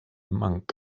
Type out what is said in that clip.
monk